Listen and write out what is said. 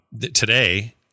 today